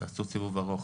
צריך לעשות סיבוב ארוך,